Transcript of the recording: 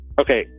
Okay